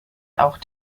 auch